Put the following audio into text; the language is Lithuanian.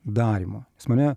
darymo nes mane